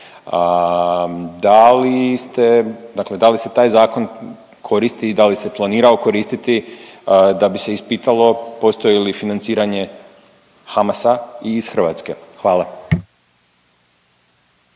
da li se taj zakon koristi i da li se planirao koristiti da bi se ispitalo postoji li financiranje Hamasa i iz Hrvatske? Hvala.